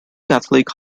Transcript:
catholic